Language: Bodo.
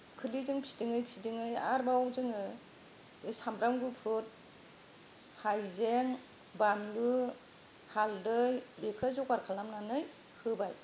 खोस्लिजों फिदिंयै फिदिंयै आरोबाव जोङो साम्ब्राम गुफुर हायजें बानलु हाल्दै बेखौ जगार खालामनानै होबाय